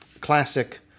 classic